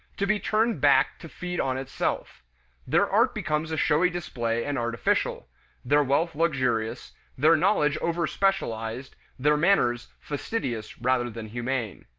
to be turned back to feed on itself their art becomes a showy display and artificial their wealth luxurious their knowledge overspecialized their manners fastidious rather than humane.